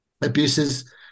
abuses